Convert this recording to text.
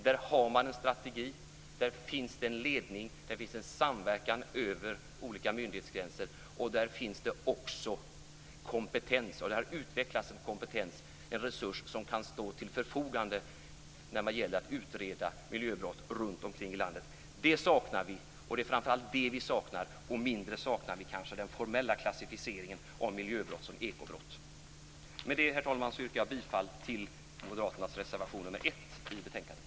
Där har man en strategi, där finns en ledning och en samverkan över olika myndighetsgränser. Där finns också kompetens. Det har där utvecklats en kompetens, en resurs som kan stå till förfogande när det gäller att utreda miljöbrott runt om i landet. Det är framför allt det vi saknar. Mindre saknar vi kanske den formella klassificeringen av miljöbrott som ekobrott. Med det, herr talman, yrkar jag bifall till moderaternas reservation nr 1 i betänkandet.